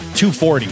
240